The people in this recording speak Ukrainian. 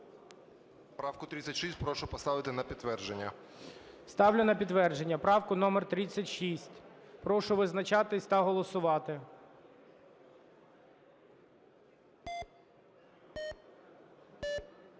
Правку 36 прошу поставити на підтвердження. ГОЛОВУЮЧИЙ. Ставлю на підтвердження правку номер 36. Прошу визначатись та голосувати.